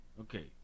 Okay